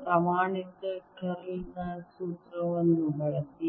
ಪ್ರಮಾಣಿತ ಕರ್ಲ್ ನ ಸೂತ್ರವನ್ನು ಬಳಸಿ